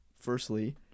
firstly